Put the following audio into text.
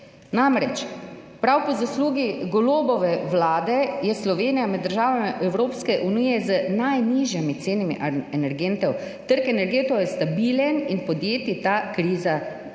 vi hecate? Po zaslugi Golobove vlade je namreč Slovenija med državami Evropske unije z najnižjimi cenami energentov. Trg energentov je stabilen in podjetij ta kriza ni